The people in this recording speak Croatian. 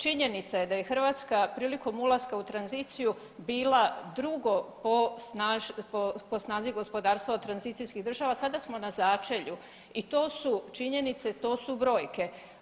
Činjenica je da je Hrvatska prilikom ulaska u tranziciju bila drugo po snazi gospodarstva od tranzicijskih država, sada smo na začelju i to su činjenice, to su brojke.